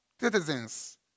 citizens